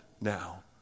now